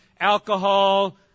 alcohol